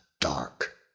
dark